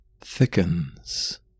thickens